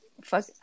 fuck